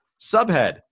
Subhead